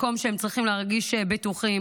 במקום שהם צריכים להרגיש בטוחים,